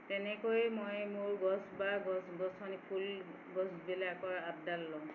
তেনেকৈয়ে মই মোৰ গছ বা গছ গছনি ফুল গছবিলাকৰ আপডাল লওঁ